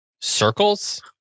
circles